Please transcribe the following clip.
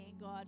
God